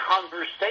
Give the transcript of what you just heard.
conversation